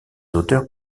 auteurs